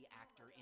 actor